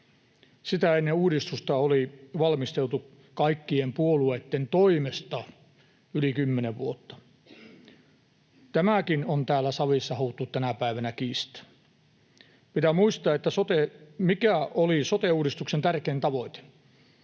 Sitä ennen uudistusta oli valmisteltu kaikkien puolueitten toimesta yli kymmenen vuotta. Tämäkin on täällä salissa haluttu tänä päivänä kiistää. Pitää muistaa, mikä oli sote-uudistuksen tärkein tavoite: